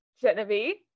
Genevieve